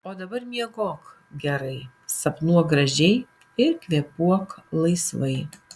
o dabar miegok gerai sapnuok gražiai ir kvėpuok laisvai